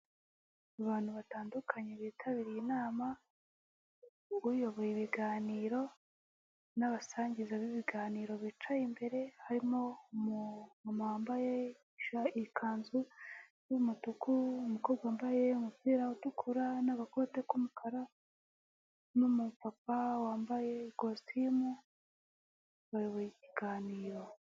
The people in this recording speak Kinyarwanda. Abantu batandukanye bitabiriye inama uyoboye ibiganiro n'abasangiza b'ibiganiro bicaye imbere harimo umuntu wambaye ikanzu y'umutuku, umukobwa wambaye umupira utukura n'amakote k'umukara n'umupapa wambaye ikositimu bayoboye ikiganiro.